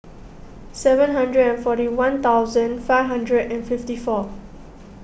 seven hundred and forty one thousand five hundred and fifty four